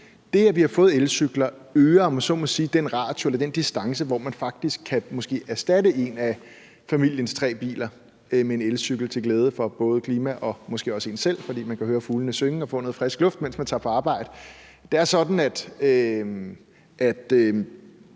det, at vi har fået elcykler, øger den distance, hvor man måske kan erstatte en af familiens tre biler med en elcykel til glæde for både klimaet og måske også en selv, fordi man kan høre fuglene synge og få noget frisk luft, mens man tager på arbejde. Det er sådan, at